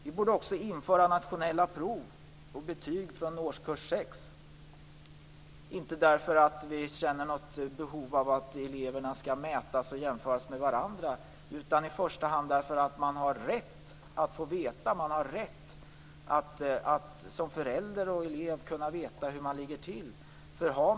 Vi borde också införa nationella prov och betyg från årskurs 6, inte därför att vi känner något behov av att eleverna skall mätas och jämföras med varandra utan i första hand därför att föräldrar och elever har rätt att veta hur man ligger till.